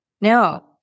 No